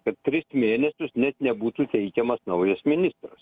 kad tris mėnesius net nebūtų teikiamas naujas ministras